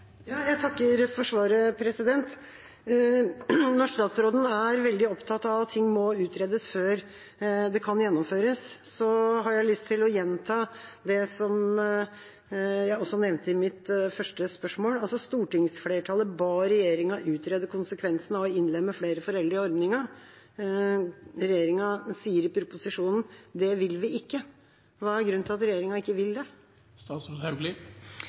Jeg takker for svaret. Når statsråden er veldig opptatt av at ting må utredes før de kan gjennomføres, har jeg lyst til å gjenta det jeg nevnte i mitt første spørsmål: Stortingsflertallet ba regjeringa utrede konsekvensene av å innlemme flere foreldre i ordningen. Regjeringa sier i proposisjonen at de ikke vil det. Hva er grunnen til at regjeringa ikke vil det?